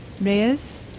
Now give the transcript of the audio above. Reyes